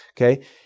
okay